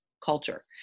culture